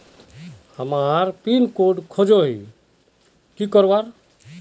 हमार pin code खोजोही की करवार?